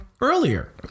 earlier